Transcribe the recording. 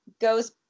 goes